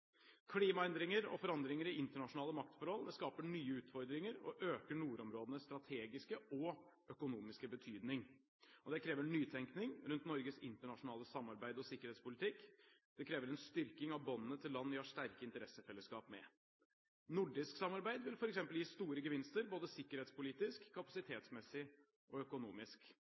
Klimaendringer og forandringer i internasjonale maktforhold skaper nye utfordringer og øker nordområdenes strategiske og økonomiske betydning. Det krever nytenkning rundt Norges internasjonale samarbeids- og sikkerhetspolitikk, det krever en styrking av båndene til land vi har sterke interessefellesskap med. Nordisk samarbeid vil f.eks. gi store gevinster både sikkerhetspolitisk, kapasitetsmessig og økonomisk.